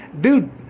dude